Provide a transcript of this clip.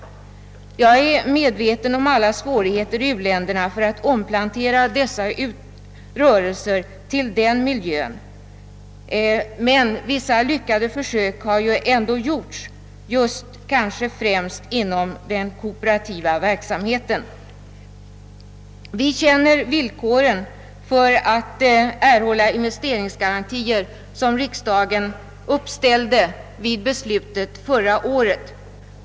Jag är medveten om hur svårt det är att omplantera dessa rörelser i u-landsmiljö, men vissa lyckade försök har dock gjorts, kanske främst inom den kooperativa verksamheten. Vi känner de villkor för att erhålla investeringsgarantier som «riksdagen uppställde vid beslutet förra året.